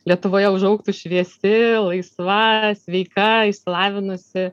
lietuvoje užaugtų šviesti laisva sveika išsilavinusi